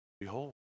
behold